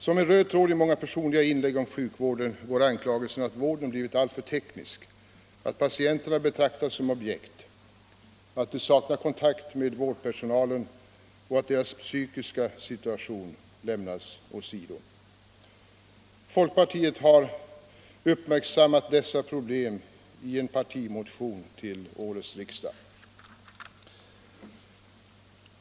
Som en röd tråd genom många personliga inlägg om sjukvården går anklagelsen att vården blivit alltför teknisk, att patienterna betraktas som objekt, att de saknar kontakt med vårdpersonalen och att deras psykiska situation lämnas åsido. Folkpartiet har uppmärksammat dessa problem i en partimotion till årets riksdag.